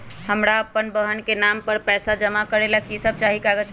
हमरा अपन बहन के नाम पर पैसा जमा करे ला कि सब चाहि कागज मे?